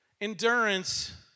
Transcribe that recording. Endurance